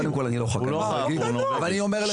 קודם כל אני לא ח״כ, אבל אני אומר לך.